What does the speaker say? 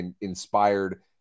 inspired